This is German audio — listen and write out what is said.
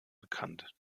bekannt